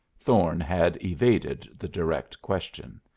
thorne had evaded the direct question.